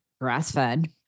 grass-fed